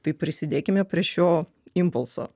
tai prisidėkime prie šio impulso